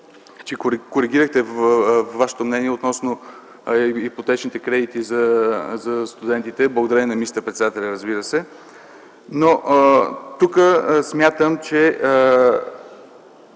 че коригирахте вашето мнение относно ипотечните кредити за студентите - благодарение на министър-председателя, разбира се. Смятам, че